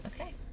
okay